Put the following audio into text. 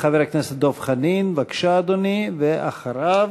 חבר הכנסת דב חנין, בבקשה, אדוני, ואחריו,